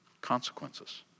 consequences